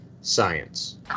science